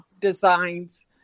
designs